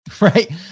right